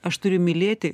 aš turiu mylėti